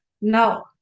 No